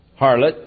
harlot